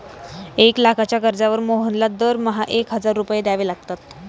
एक लाखाच्या कर्जावर मोहनला दरमहा एक हजार रुपये द्यावे लागतात